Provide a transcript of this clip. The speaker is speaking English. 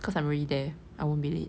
cause I'm already there I won't be late